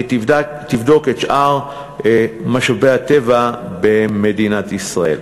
והיא תבדוק את שאר משאבי הטבע במדינת ישראל.